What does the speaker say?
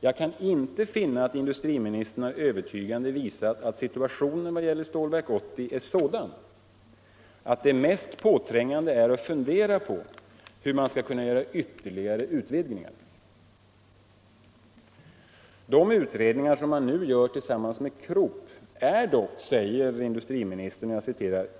Jag kan inte finna att industriministern har övertygande visat att situationen när det gäller Stålverk 80 är sådan att det mest påträngande är att fundera över hur man skall kunna göra ytterligare utvidgningar. De utredningar man nu gör tillsammans med Krupp är dock, säger industriministern,